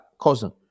cousin